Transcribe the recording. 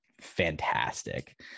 fantastic